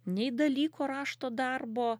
nei dalyko rašto darbo